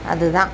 அதுதான்